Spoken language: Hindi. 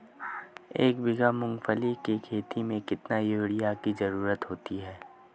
एक बीघा मूंगफली की खेती में कितनी यूरिया की ज़रुरत होती है?